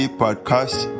podcast